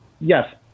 Yes